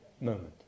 moment